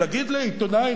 להגיד לעיתונאי,